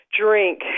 drink